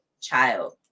child